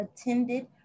attended